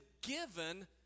given